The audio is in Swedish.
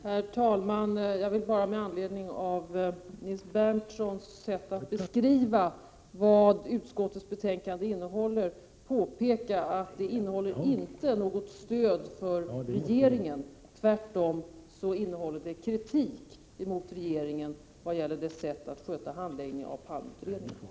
Herr talman! Jag vill bara med anledning av Nils Berndtsons sätt att beskriva vad utskottets betänkande innehåller påpeka att det inte innehåller något stöd för regeringen, tvärtom. Det innehåller nämligen kritik mot regeringen vad gäller dess sätt att sköta handläggningen av Palmeutredningen.